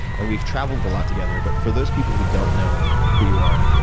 and we've traveled a lot together. but for those people who don't know who you are,